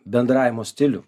bendravimo stilių